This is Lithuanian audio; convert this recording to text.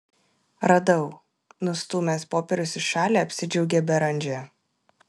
radau nustūmęs popierius į šalį apsidžiaugė beranžė